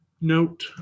note